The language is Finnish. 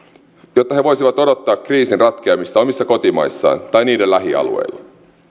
jotta he voisivat odottaa kriisien ratkeamista omissa kotimaissaan tai niiden lähialueilla